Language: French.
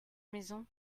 maison